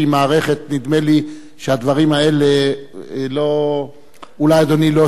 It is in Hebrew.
נדמה לי שהדברים האלה, אולי אדוני לא שם לב אליהם.